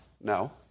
no